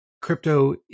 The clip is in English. crypto